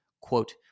Quote